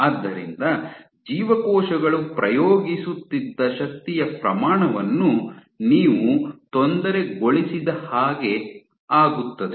ಆದ್ದರಿಂದ ಜೀವಕೋಶಗಳು ಪ್ರಯೋಗಿಸುತ್ತಿದ್ದ ಶಕ್ತಿಯ ಪ್ರಮಾಣವನ್ನು ನೀವು ತೊಂದರೆಗೊಳಿಸಿದಹಾಗೆ ಆಗುತ್ತದೆ